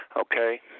Okay